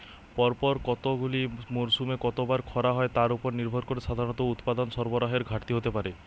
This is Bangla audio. পরপর কতগুলি মরসুমে কতবার খরা হয় তার উপর নির্ভর করে সাধারণত উৎপাদন সরবরাহের ঘাটতি হতে পারে